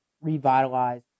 revitalize